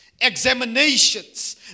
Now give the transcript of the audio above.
examinations